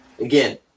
Again